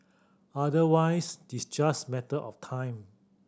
otherwise it's just matter of time